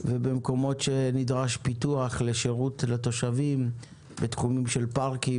ובמקומות שנדרש פיתוח לשירות התושבים בתחומים של פארקים,